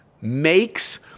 makes